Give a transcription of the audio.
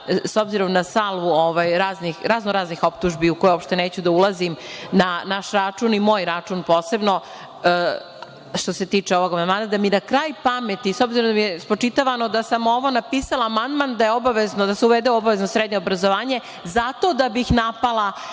s obzirom na salvu raznoraznih optužbi u koje uopšte neću da ulazim na naš račun i moj račun posebno, što se tiče ovog amandmana, da mi na kraj pameti, s obzirom da mi je spočitavano da sam ovo napisala amandman da je obavezno da se uvede srednje obrazovanje zato da bih napala